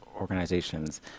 organizations